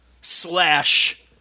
slash